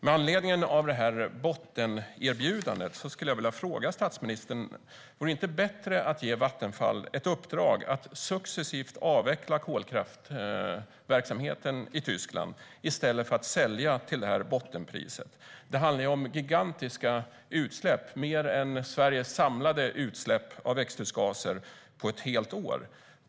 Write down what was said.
Med anledning av det bottenerbjudandet skulle jag vilja fråga statsministern: Vore det inte bättre att ge Vattenfall i uppdrag att successivt avveckla kolkraftsverksamheten i Tyskland, i stället för att sälja till det här bottenpriset? Det handlar om gigantiska utsläpp, mer än Sveriges samlade utsläpp av växthusgaser på ett helt år.